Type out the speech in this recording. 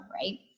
right